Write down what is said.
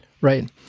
right